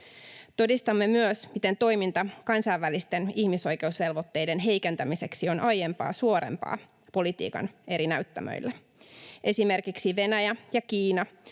Todistamme myös, miten toiminta kansainvälisten ihmisoikeusvelvoitteiden heikentämiseksi on aiempaa suorempaa politiikan eri näyttämöillä. Esimerkiksi Venäjä ja Kiina